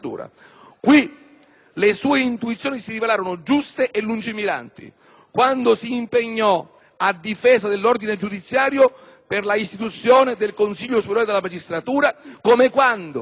le sue intuizioni si rivelarono giuste e lungimiranti: quando si impegnò a difesa dell'ordine giudiziario per la istituzione del Consiglio superiore della magistratura, come quando si batté